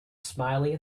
smiling